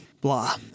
Blah